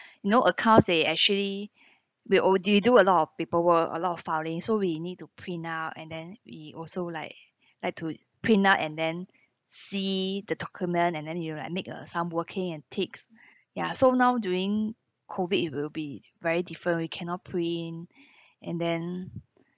you know accounts they actually will oh do you do a lot of paper work a lot of filing so we need to print out and then we also like like to print out and then see the document and then you like make a some working and ticks ya so now during COVID it will be very different we cannot print and then